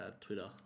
Twitter